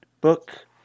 book